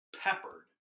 peppered